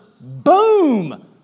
boom